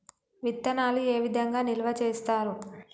విత్తనాలు ఏ విధంగా నిల్వ చేస్తారు?